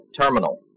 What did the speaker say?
terminal